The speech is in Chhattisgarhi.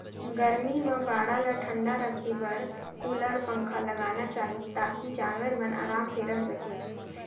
गरमी म बाड़ा ल ठंडा राखे बर कूलर, पंखा लगाना चाही ताकि जानवर मन आराम से रह सकें